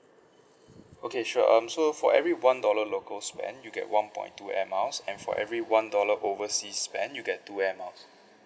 okay sure um so for every one dollar local spent you get one point two air miles and for every one dollar oversea spend you get two air miles